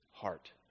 heart